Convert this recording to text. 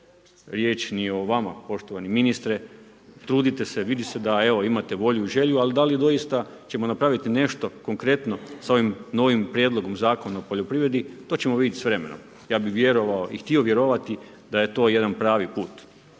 riječ ni o vama poštovani ministre, trudite se, vidi se da evo, imate volju i želju, ali da li doista ćemo napraviti nešto konkretno sa ovim novim prijedlogom zakona o poljoprivredi, to ćemo vidjeti s vremenom. Ja bih htio vjerovati da je to jedan pravi put.